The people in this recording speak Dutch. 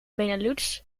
benelux